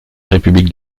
république